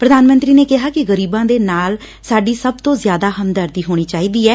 ਪ੍ਰਧਾਨ ਮੰਤਰੀ ਨੇ ਕਿਹਾ ਕਿ ਗਰੀਬਾਂ ਦੇ ਨਾਲ ਸਾਡੀ ਸਭ ਤੋਂ ਜਿਆਦਾ ਹਮਦਰਦੀ ਹੋਣੀ ਚਾਹੀਦੀ ਏ